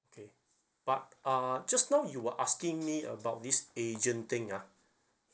okay but uh just now you were asking me about this agent thing ah